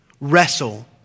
wrestle